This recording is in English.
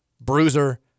bruiser